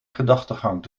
gedachtegang